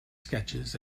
sketches